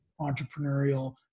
entrepreneurial